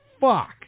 fuck